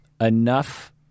enough